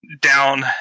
down